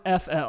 FL